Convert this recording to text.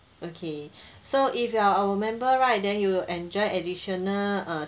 okay so if you are our member right then you will enjoy additional err